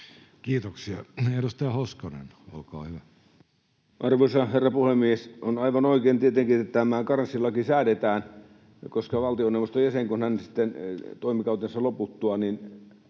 Kiitoksia. — Edustaja Hoskonen, olkaa hyvä. Arvoisa herra puhemies! On aivan oikein tietenkin, että tämä karenssilaki säädetään, koska valtioneuvoston jäsenellä sitten toimikautensa loputtua on